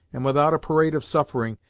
and without a parade of suffering,